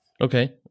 Okay